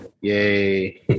Yay